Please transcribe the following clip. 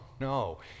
No